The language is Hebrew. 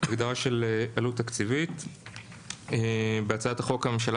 בהגדרה של עלות תקציבית בהצעת החוק הממשלה